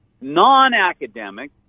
non-academic